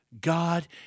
God